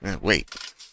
Wait